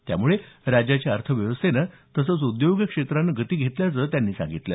त्यामुळे राज्याच्या अर्थव्यवस्थेने तसंच उद्योगक्षेत्राने गती घेतल्याचं त्यांनी सांगितलं